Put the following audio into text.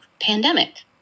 pandemic